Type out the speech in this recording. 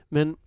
Men